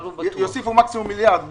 יוסיפו מקסימום מיליארד שקל,